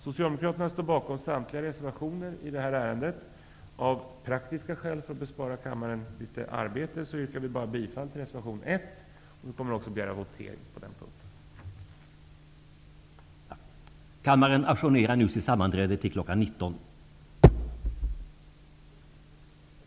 Socialdemokraterna står bakom samtliga reservationer till betänkandet. Av praktiska skäl, för att bespara kammaren litet arbete, yrkar vi bifall bara till reservation 1, och vi kommer också att begära votering på den punkten.